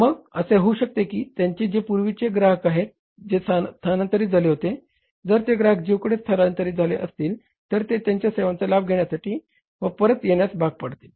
मग असे होऊ शकते की त्यांचे जे पूर्वी जे ग्राहक स्थानांतरीत झाले आहेत जर ते ग्राहक जिओकडे स्थलांतरीत झाले असतील तर ते त्यांच्या सेवांचा लाभ घेण्यासाठी व परत येण्यास भाग पाडतील